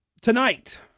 Tonight